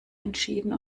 entschieden